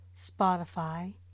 Spotify